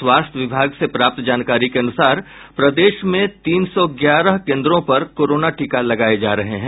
स्वास्थ्य विभाग से प्राप्त जानकारी के अनुसार प्रदेश में तीन सौ ग्यारह केन्द्रों पर कोरोना टीका लगाये जा रहे हैं